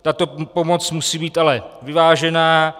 Tato pomoc musí být ale vyvážená.